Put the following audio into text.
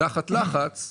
תחת לחץ,